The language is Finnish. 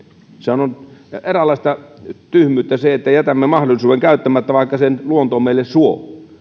sehän on eräänlaista tyhmyyttä että jätämme mahdollisuuden käyttämättä vaikka sen luonto meille suo käytetään hyväksi